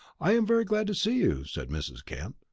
i'm very glad to see you, said mrs. kent.